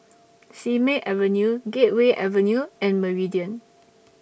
Simei Avenue Gateway Avenue and Meridian